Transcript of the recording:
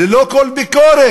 ללא כל ביקורת.